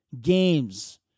games